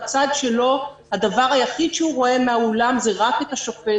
בצד שלו הדבר היחיד שהוא רואה מן האולם זה רק את השופט.